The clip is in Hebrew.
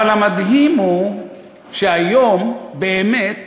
אבל המדהים הוא שהיום באמת